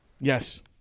yes